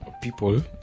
people